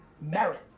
merit